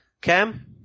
Cam